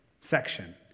section